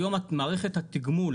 היום מערכת התגמול,